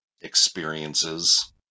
experiences